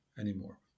anymore